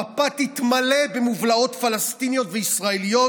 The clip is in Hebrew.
המפה תתמלא במובלעות פלסטיניות וישראליות,